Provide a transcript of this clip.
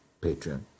Patreon